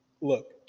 look